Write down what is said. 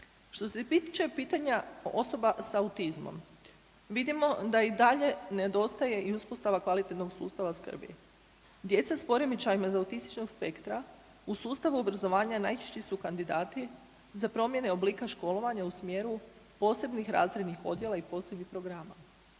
Što ti tiče pitanja osoba s autizmom, vidimo da i dalje nedostaje i uspostava kvalitetnog sustava skrbi. Djeca s poremećajima iz autističnog spektra u sustavu obrazovanja najčešći su kandidati za promjene oblika školovanju u smjeru posebnih razrednih odjela i posebnih programa.